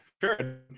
sure